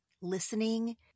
Listening